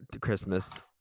Christmas